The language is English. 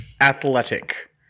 athletic